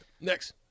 Next